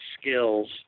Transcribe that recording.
skills